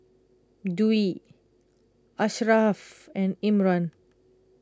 Dwi Asharaff and Imran